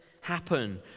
happen